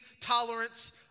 tolerance